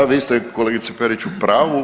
Da, vi ste kolegice Perić u pravu.